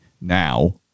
Now